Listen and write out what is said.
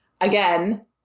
again